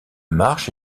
marche